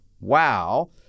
wow